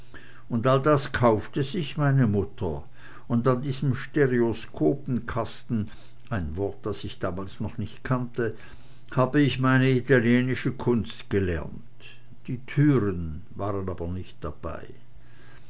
und all das kaufte sich meine mutter und an diesem stereoskopenkasten ein wort das ich damals noch nicht kannte habe ich meine italienische kunst gelernt die türen waren aber nicht dabei